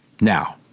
now